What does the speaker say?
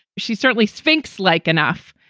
she's certainly sphinx like enough.